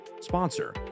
sponsor